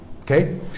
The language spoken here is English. okay